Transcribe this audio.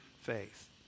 faith